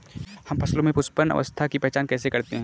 हम फसलों में पुष्पन अवस्था की पहचान कैसे करते हैं?